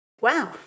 Wow